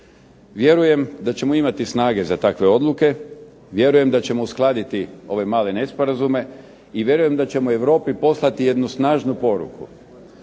Vjerujem da ćemo imati snage za takve odluke, vjerujem da ćemo uskladiti ove male nesporazume i vjerujem da ćemo Europi poslati jednu snažnu poruku.